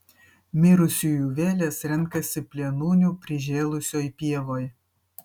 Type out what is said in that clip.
mirusiųjų vėlės renkasi plėnūnių prižėlusioj pievoj